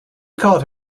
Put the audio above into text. called